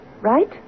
Right